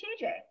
TJ